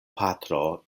patro